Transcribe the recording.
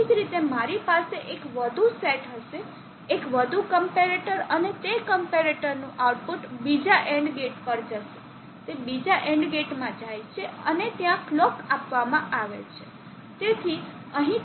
તેવી જ રીતે મારી પાસે એક વધુ સેટ હશે એક વધુ ક્મ્પેરેટર અને તે ક્મ્પેરેટરનું આઉટપુટ બીજા AND ગેટ પર જશે તે બીજા AND ગેટ માં જાય છે અને ત્યાં કલોક આપવામાં આવે છે